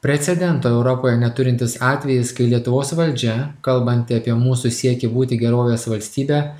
precedento europoje neturintis atvejis kai lietuvos valdžia kalbanti apie mūsų siekį būti gerovės valstybe